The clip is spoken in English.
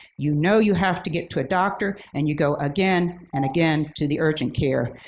you know you have to get to a doctor and you go again and again to the urgent care.